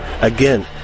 Again